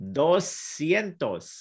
doscientos